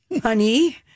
honey